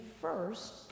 first